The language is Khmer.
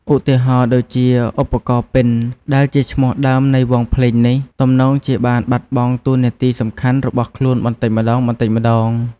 ឧទាហរណ៍ដូចជា ឧបករណ៍ពិណ ដែលជាឈ្មោះដើមនៃវង់ភ្លេងនេះ ទំនងជាបានបាត់បង់តួនាទីសំខាន់របស់ខ្លួនបន្តិចម្ដងៗ។